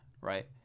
right